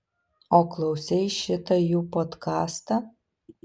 o klausei šitą jų podkastą